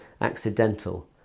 accidental